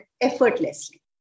effortlessly